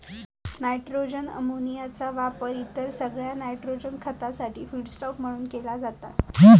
nitrogen अमोनियाचो वापर इतर सगळ्या नायट्रोजन खतासाठी फीडस्टॉक म्हणान केलो जाता